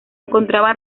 encontraba